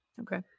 Okay